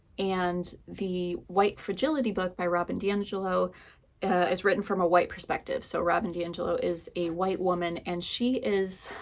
and the white fragility book by robin diangelo is written from a white perspective. so robin diangelo is a white woman, and she is,